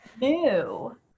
new